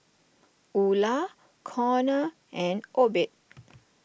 Ula Conor and Obed